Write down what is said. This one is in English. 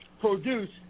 produce